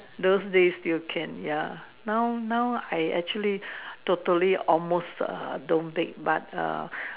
those days still can ya now now I actually totally almost err don't bake but err